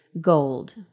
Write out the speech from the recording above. gold